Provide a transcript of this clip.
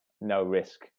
no-risk